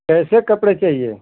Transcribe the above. कैसे कपड़े चाहिये